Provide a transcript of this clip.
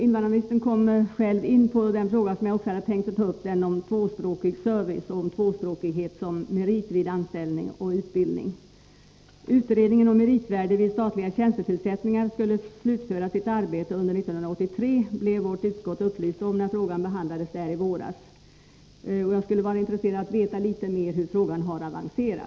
Invandrarministern kom själv in på den fråga som jag hade tänkt ta upp, nämligen den om tvåspråkig service och om tvåspråkighet som merit vid anställning och utbildning. Arbetet med utredningen om meritvärde vid statliga tjänstetillsättningar skulle slutföras under 1983. Detta blev vårt utskott upplyst om när frågan behandlades i våras. Jag är intresserad av att få veta litet mera om hur frågan har avancerat.